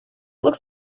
looks